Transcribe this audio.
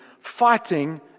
fighting